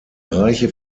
reiche